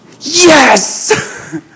Yes